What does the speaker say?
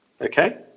Okay